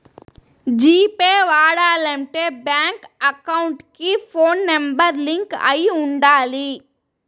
G pay వాడాలంటే bank account కి phone number link అయి ఉండాలి